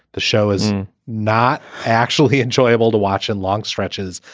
the show is not actually enjoyable to watch in long stretches.